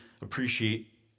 appreciate